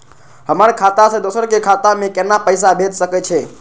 हमर खाता से दोसर के खाता में केना पैसा भेज सके छे?